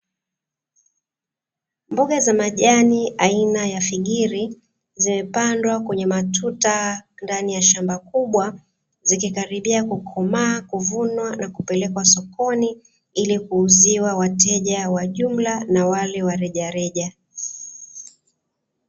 Mboga za majani aina ya figiri, zimepandwa kwenye matuta ndani ya shamba kubwa, zikikaribia kukomaa, kuvunwa na kupelekwa sokoni ili kuuziwa wateja wa jumla na wale wa rejareja.